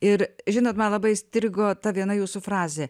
ir žinot man labai įstrigo ta viena jūsų frazė